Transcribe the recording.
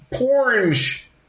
Orange